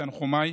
תנחומיי.